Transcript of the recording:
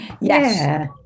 yes